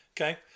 Okay